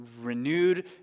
renewed